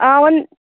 ಹಾಂ ಒನ್